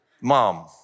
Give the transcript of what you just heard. mom